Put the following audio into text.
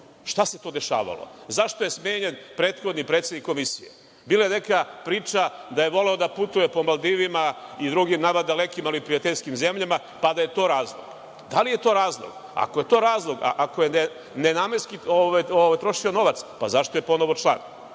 šta se to dešavalo, zašto je smenjen prethodni predsednik komisije. Bila je neka priča da je voleo da putuje po Maldivima i drugim nama dalekim, ali prijateljskim zemljama pa da je to razlog. Da li je to razlog? Ako je to razlog, ako je nenamenski trošio novac, zašto je ponovo član? Hajde